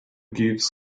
gives